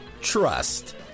Trust